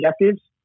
objectives